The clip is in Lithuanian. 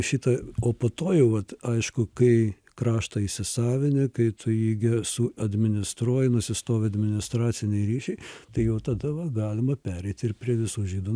šita o po to jau vat aišku kai kraštą įsisavini kai tu jį ge suadministruoji nusistovi administraciniai ryšiai tai jau tada va galima pereiti ir prie visų žydų